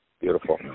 Beautiful